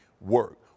work